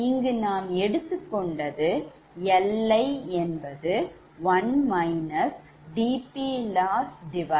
இங்கு நாம் எடுத்துக் கொண்டது Li1 dPLossdPgi